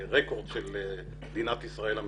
ברקורד של מדינת ישראל המתחדשת,